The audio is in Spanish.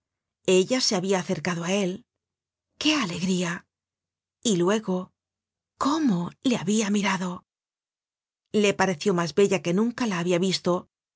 ella se habia acercado á él qué alegría y luego cómo le habia mirado le pareció mas bella que nunca la habia visto